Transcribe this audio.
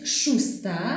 szósta